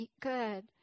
Good